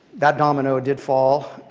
that domino did fall.